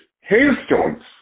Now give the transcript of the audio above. hailstones